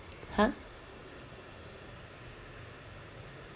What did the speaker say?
!huh!